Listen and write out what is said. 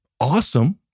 awesome